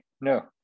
no